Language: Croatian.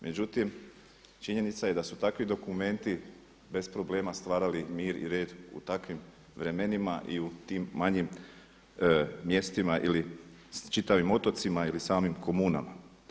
Međutim, činjenica je da su takvi dokumenti bez problema stvarali mir i red u takvim vremenima i u tim manjim mjestima ili čitavim otocima ili samim komunama.